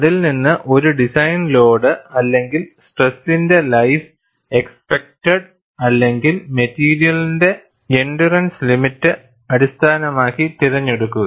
അതിൽ നിന്ന് ഒരു ഡിസൈൻ ലോഡ് അല്ലെങ്കിൽ സ്ട്രെസ്സിന്റെ ലൈഫ് എക്സ്പെക്റ്റഡ് അല്ലെങ്കിൽ മെറ്റീരിയലിന്റെ എൻഡ്യൂറൻസ് ലിമിറ്റ് അടിസ്ഥാനമാക്കി തിരഞ്ഞെടുക്കുക